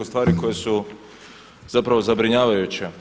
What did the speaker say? stvari koje su zapravo zabrinjavajuće.